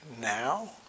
now